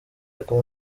akaba